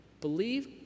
believe